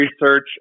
research